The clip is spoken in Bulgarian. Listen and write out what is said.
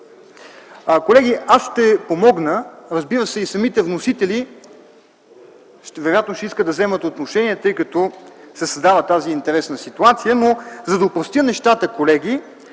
Колеги, аз ще помогна, разбира се, и самите вносители вероятно ще искат да вземат отношение, тъй като се създава интересна ситуация. За да опростя нещата, колеги,